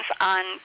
on